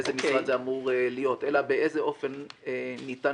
באיזה משרד זה אמור להיות אלא באיזה אופן ניתן